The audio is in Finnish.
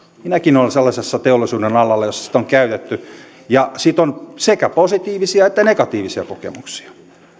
minäkin olen ollut sellaisella teollisuuden alalla jossa sitä on käytetty ja siitä on sekä positiivisia että negatiivisia kokemuksia